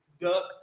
duck